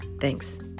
Thanks